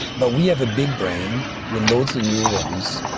but we have a big brain with loads of neurons,